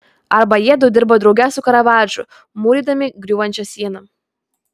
arba jiedu dirba drauge su karavadžu mūrydami griūvančią sieną